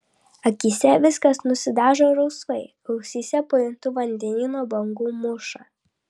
akyse viskas nusidažo rausvai ausyse pajuntu vandenyno bangų mūšą